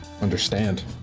understand